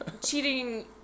cheating